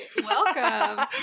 Welcome